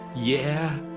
yeah,